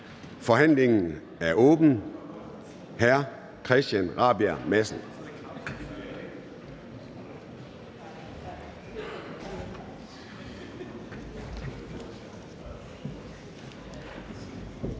Forhandlingen er åbnet. Hr. Christian Rabjerg Madsen.